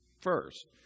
First